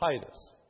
Titus